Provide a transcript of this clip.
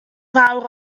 fawr